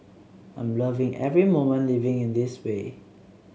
I'm loving every moment living in this way